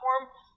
platform